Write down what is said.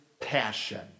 passion